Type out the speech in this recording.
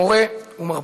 מורה ומרפא.